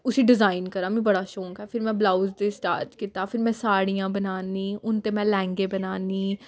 उसी डिजाइन करां मिगी बड़ा शौंक ऐ फिर में ब्लाउज दे स्टार्ट कीता फिर में साड़ियां बनान्नी हून ते में लैंह्गे बनान्नी